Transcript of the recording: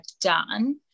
done